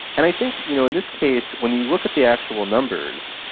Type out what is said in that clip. and i think you know in this case when you look at the actual numbers,